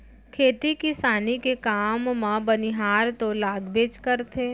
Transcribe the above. खेती किसानी के काम म बनिहार तो लागबेच करथे